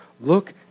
look